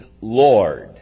Lord